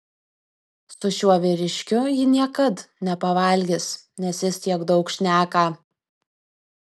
su šiuo vyriškiu ji niekad nepavalgys nes jis tiek daug šneka